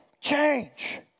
Change